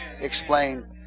explain